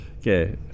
Okay